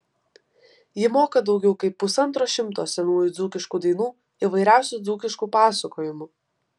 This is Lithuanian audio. ji moka daugiau kaip pusantro šimto senųjų dzūkiškų dainų įvairiausių dzūkiškų pasakojimų